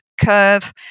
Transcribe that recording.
curve